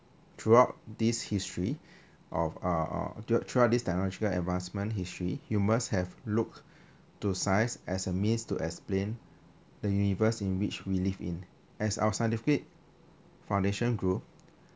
throughout this history of uh throughout this technological advancement history you must have looked to science as a means to explain the universe in which we live in as our scientific foundation grows